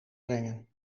brengen